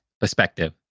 perspective